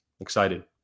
Excited